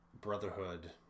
Brotherhood